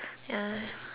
ya